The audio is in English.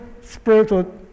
spiritual